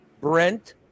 Brent